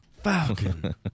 Falcon